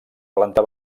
planta